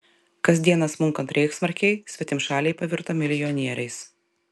kasdieną smunkant reichsmarkei svetimšaliai pavirto milijonieriais